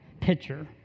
pitcher